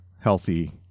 healthy